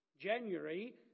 January